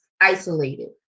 isolated